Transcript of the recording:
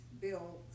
bill